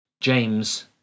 James